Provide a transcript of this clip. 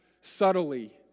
subtly